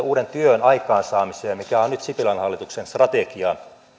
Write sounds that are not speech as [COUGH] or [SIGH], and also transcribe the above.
[UNINTELLIGIBLE] uuden työn aikaansaamiseen mikä on nyt sipilän hallituksen strategia